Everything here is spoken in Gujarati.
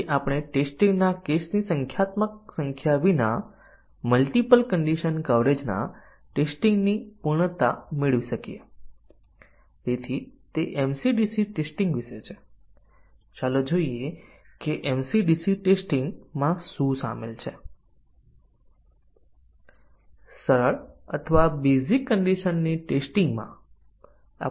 આ માટે આપણને ટેસ્ટીંગ ના કેસો હોવાની જરૂર છે જેમાં આ એટોમિક વાક્યોનું વ્યક્તિગત રીતે સાચું અને ખોટું મૂલ્યાંકન કરશે ઉદાહરણ તરીકે ચાલો આપણે કહીએ કે જો આપણી પાસે a એ 15 ની બરાબર છે અને b બરાબર 30 છે